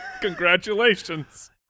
Congratulations